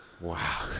Wow